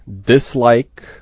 dislike